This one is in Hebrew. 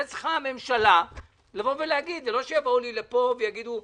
זה לא שיבואו לכאן ויגידו: